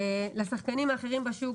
לשחקנים האחרים בשוק,